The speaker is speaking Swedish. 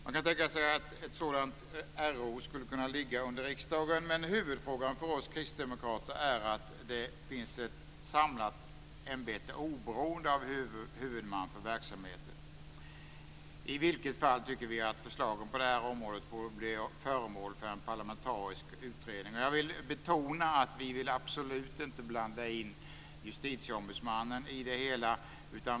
Man kan tänka sig att ett sådant RO skulle kunna ligga under riksdagen, men huvudfrågan för oss kristdemokrater är att det finns ett samlat ämbete oberoende av huvudman för verksamheten. I vilket fall tycker vi att förslagen på det här området borde bli föremål för en parlamentarisk utredning. Jag vill betona att vi absolut inte vill blanda in Justitieombudsmannen i det hela.